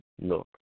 Look